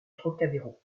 trocadéro